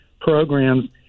programs